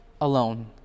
alone